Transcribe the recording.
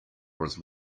was